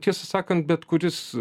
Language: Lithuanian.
tiesą sakant bet kuris